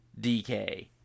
DK